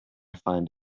find